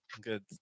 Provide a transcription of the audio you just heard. Good